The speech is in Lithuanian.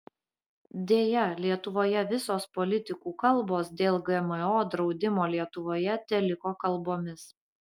deja lietuvoje visos politikų kalbos dėl gmo draudimo lietuvoje teliko kalbomis